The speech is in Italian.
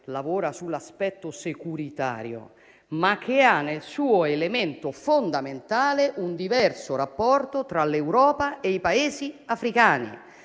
lavora sull'aspetto securitario, ma che ha nel suo elemento fondamentale un diverso rapporto tra l'Europa e i Paesi africani.